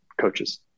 coaches